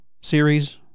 series